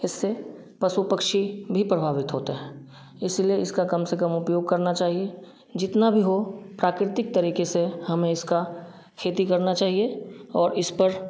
इससे पशु पक्षी भी प्रभावित होते हैं इसीलिए इसका कम से कम उपयोग करना चाहिए जितना भी हो प्राकृतिक तरीके से हमें इसका खेती करना चाहिए और इस पर